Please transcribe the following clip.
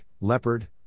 leopard